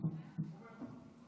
במילות הקישור אני אדבר על חוסר הביטחון